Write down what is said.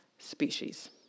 species